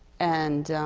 and